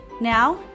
Now